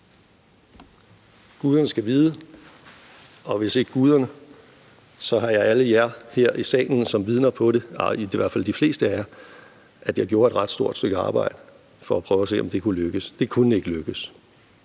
Guderne skal vide, og hvis ikke guderne, så har jeg alle jer her i salen som vidner på det, i hvert fald de fleste af jer, at jeg gjorde et ret stort stykke arbejde for at prøve at se, om det kunne lykkes. Det kunne ikke lykkes.